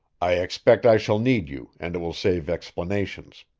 i expect i shall need you, and it will save explanations.